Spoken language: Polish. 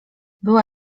była